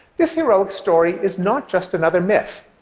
this heroic story is not just another myth.